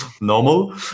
normal